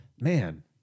man